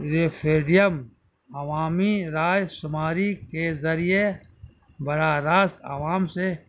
referendum عوامی رائے شماری کے ذریعے براہ راست عوام سے